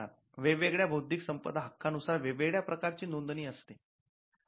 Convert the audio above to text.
वेगवेगळ्या बौद्धिक संपदा हक्का नुसार वेगवेगळ्या प्रकारची नोंदणी असते